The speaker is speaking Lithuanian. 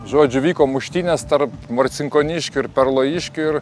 žodžiu vyko muštynės tarp marcinkoniškių ir perlojiškių ir